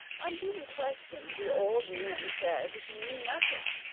on being questioned the old man said he knew nothing,